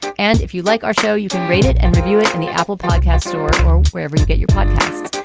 and if you'd like our show, you can read it and review it in the apple podcast store or wherever you get your podcasts.